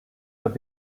have